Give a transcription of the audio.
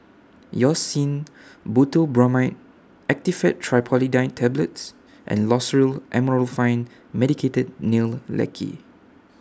Hyoscine Butylbromide Actifed Triprolidine Tablets and Loceryl Amorolfine Medicated Nail Lacquer